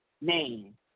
name